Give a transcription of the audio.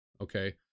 Okay